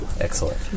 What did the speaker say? excellent